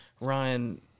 Ryan